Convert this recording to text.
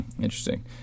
Interesting